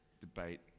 debate